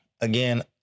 again